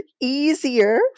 easier